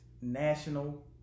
national